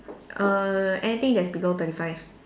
err anything that's below thirty five